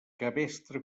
cabestre